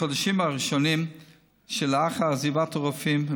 בחודשים הראשונים שלאחר עזיבת הרופאים,